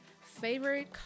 favorite